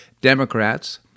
Democrats